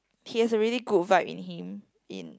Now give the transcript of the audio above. he has a really good vibe in him in